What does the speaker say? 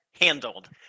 handled